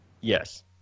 Yes